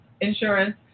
insurance